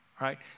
right